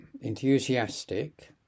enthusiastic